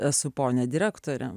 esu ponia direktorė